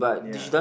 ya